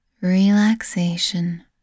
relaxation